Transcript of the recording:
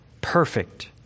perfect